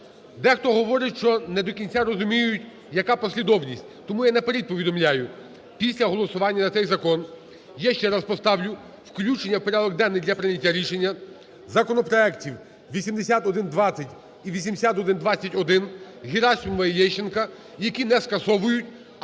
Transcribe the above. Дехто говорить, що не до кінця розуміють, яка послідовність, тому я наперед повідомляю. Після голосування за цей закон я ще раз поставлю включення в порядок денний для прийняття рішення законопроекти 8120 і 8120-1, Герасимова і Лещенка, які не скасовують,